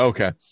Okay